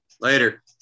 later